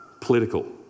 political